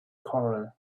corral